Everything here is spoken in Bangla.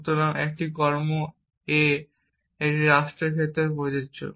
সুতরাং একটি কর্ম a একটি রাষ্ট্রের ক্ষেত্রে প্রযোজ্য